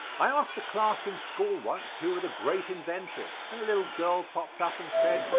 i asked a class in school once who were the great inventors, and a little girl popped up and said,